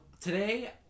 today